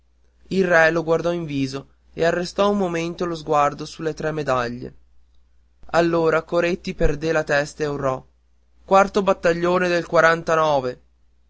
il re lo guardò in viso e arrestò un momento lo sguardo sulle tre medaglie allora coretti perdé la testa e urlò quarto battaglione del quarantanove